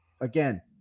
again